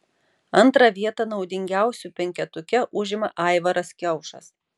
antrą vietą naudingiausių penketuke užima aivaras kiaušas